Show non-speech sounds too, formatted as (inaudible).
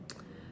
(noise)